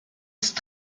ist